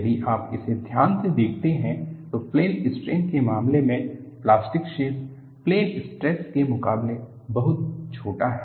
यदि आप इसे ध्यान से देखते हैं तो प्लेन स्ट्रेन के मामले में प्लास्टिक क्षेत्र प्लेन स्ट्रेस के मुकाबले बहुत छोटा है